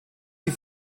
die